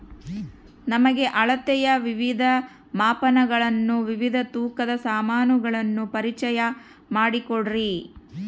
ನಮಗೆ ಅಳತೆಯ ವಿವಿಧ ಮಾಪನಗಳನ್ನು ವಿವಿಧ ತೂಕದ ಸಾಮಾನುಗಳನ್ನು ಪರಿಚಯ ಮಾಡಿಕೊಡ್ರಿ?